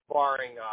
barring